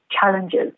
challenges